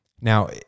Now